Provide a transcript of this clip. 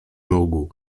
mógł